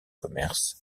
commerce